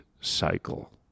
cycle